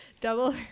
Double